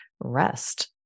rest